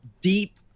deep